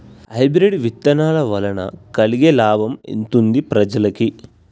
Hybrid విత్తనాల వలన కలిగే లాభం ఎంతుంది ప్రజలకి?